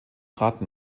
ratten